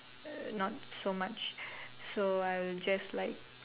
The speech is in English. uh not so much so I will just like